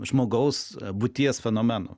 žmogaus būties fenomenų